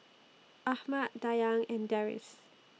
Ahmad Dayang and Deris